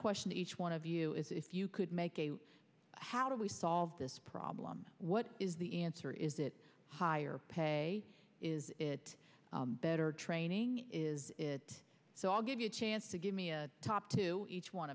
question each one of you is if you could make how do we solve this problem what is the answer is it higher pay is it better training is it so i'll give you chance to give me a top to each one